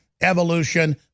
evolution